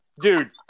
dude